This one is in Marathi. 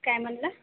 काय म्हणलं